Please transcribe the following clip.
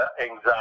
anxiety